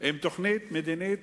עם תוכנית מדינית